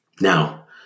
Now